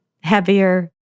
heavier